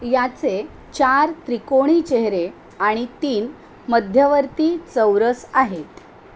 याचे चार त्रिकोणी चेहरे आणि तीन मध्यवर्ती चौरस आहेत